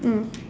mm